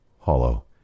hollow